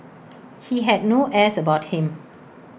he had no airs about him